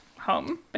home